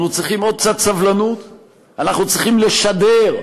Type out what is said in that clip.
אנחנו צריכים עוד קצת סבלנות,